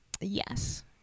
Yes